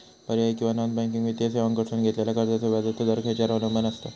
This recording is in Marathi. पर्यायी किंवा नॉन बँकिंग वित्तीय सेवांकडसून घेतलेल्या कर्जाचो व्याजाचा दर खेच्यार अवलंबून आसता?